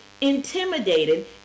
intimidated